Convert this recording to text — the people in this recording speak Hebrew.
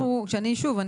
שוב,